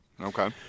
Okay